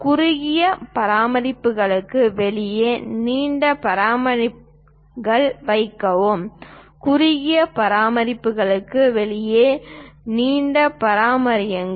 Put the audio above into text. குறுகிய பரிமாணங்களுக்கு வெளியே நீண்ட பரிமாணங்களை வைக்கவும் குறுகிய பரிமாணங்களுக்கு வெளியே நீண்ட பரிமாணங்கள்